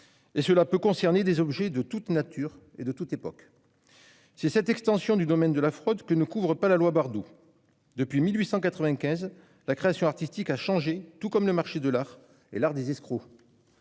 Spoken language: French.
Et cela peut concerner des objets de toute nature et de toute époque. C'est cette extension du domaine de la fraude que ne couvre pas la loi Bardoux. Depuis 1895, la création artistique a changé, tout comme le marché de l'art et l'art des escrocs.